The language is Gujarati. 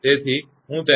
તેથી હું તેના પર આવીશ